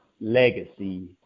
legacy